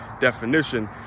definition